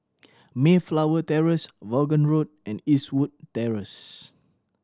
Mayflower Terrace Vaughan Road and Eastwood Terrace